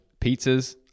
Pizzas